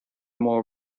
more